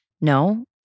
No